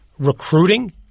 Recruiting